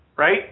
Right